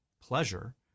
pleasure